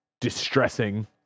distressing